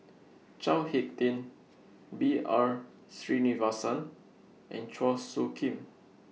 Chao Hick Tin B R Sreenivasan and Chua Soo Khim